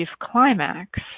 climax